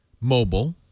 mobile